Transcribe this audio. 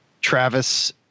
Travis